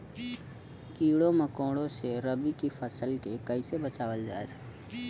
कीड़ों मकोड़ों से रबी की फसल के कइसे बचावल जा?